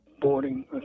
Boarding